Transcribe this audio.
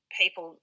people